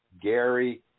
Gary